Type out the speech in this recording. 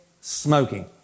smoking